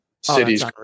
Cities